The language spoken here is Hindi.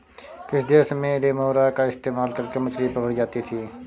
किस देश में रेमोरा का इस्तेमाल करके मछली पकड़ी जाती थी?